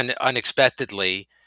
unexpectedly